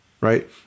Right